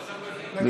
אני אגיד מילה.